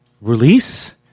release